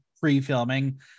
pre-filming